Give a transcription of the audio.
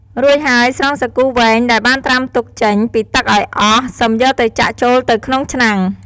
រួចហើយ ស្រង់សាគូវែងដែលបានត្រាំទុកចេញពីទឹកឱ្យអស់ សិមយកទៅចាក់ចូលទៅក្នុងឆ្នាំង។